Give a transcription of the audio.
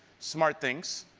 smartthings,